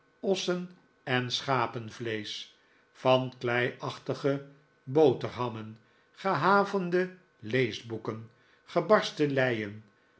ossen en sehapenvleesch van kleiachtige boterhammen gehavende leesboeken gebarsten leien